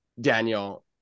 Daniel